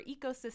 ecosystem